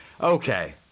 Okay